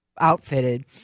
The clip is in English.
outfitted